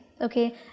okay